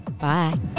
bye